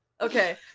Okay